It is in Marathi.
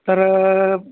तर